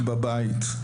בבית.